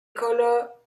color